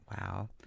Wow